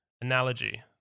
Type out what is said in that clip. analogy